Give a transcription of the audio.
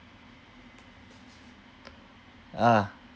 ah